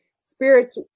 spirits